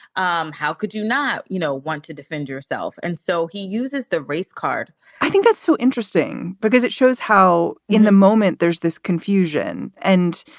um how could you not, you know, want to defend yourself? and so he uses the race card i think that's so interesting because it shows how in the moment there's this confusion and,